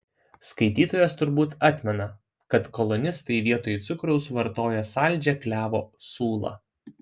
skaitytojas turbūt atmena kad kolonistai vietoj cukraus vartojo saldžią klevo sulą